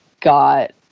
got